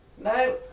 No